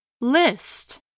List